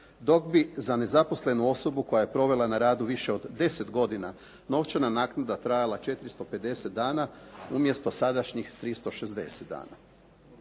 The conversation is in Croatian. Dok bi za nezaposlenu osobu koja je provela na radu više od 10 godina novčana naknada trajala 450 dana umjesto sadašnjih 360 dana.